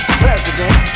president